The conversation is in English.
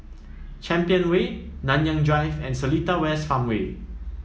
Champion Way Nanyang Drive and Seletar West Farmway